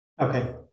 okay